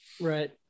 right